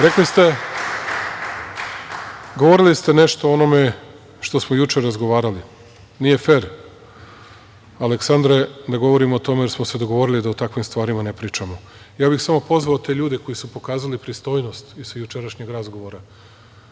mestu. Govorili ste nešto o onome što smo juče razgovarali - nije fer, Aleksandre ne govorimo o tome, jer smo se dogovorili da o takvim stvarima ne pričamo. Ja bih samo pozvao te ljude koji su pokazali pristojnost sa jučerašnjeg razgovora